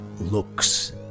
looks